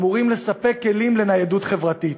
אמורים לספק כלים לניידות חברתית.